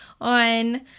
on